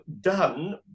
done